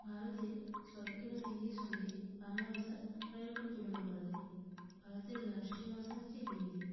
ভারতের সরকারি ভাষা হিন্দির সঙ্গে বাংলা ভাষার অনেক রকম তুলনা করা যায় ভারতের রাষ্ট্রীয় ভাষা হচ্ছে হিন্দি